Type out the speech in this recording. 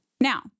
Now